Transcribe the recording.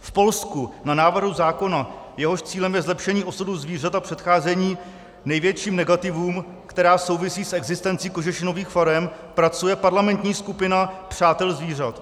V Polsku na návrhu zákona, jehož cílem je zlepšení osudu zvířat a předcházení největším negativům, která souvisí s existencí kožešinových farem, pracuje parlamentní skupina přátel zvířat.